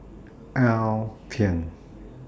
Alpen